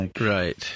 Right